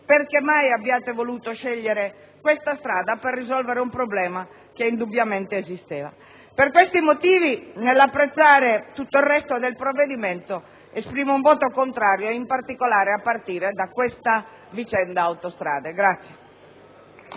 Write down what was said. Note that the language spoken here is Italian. perché mai abbiate voluto scegliere questa strada per risolvere un problema che indubbiamente esisteva. Per questi motivi, nell'apprezzare tutto il resto del provvedimento, esprimo un voto contrario, in particolare a partire dalla vicenda Autostrade.